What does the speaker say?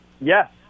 yes